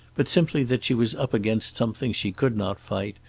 but simply that she was up against something she could not fight,